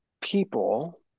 people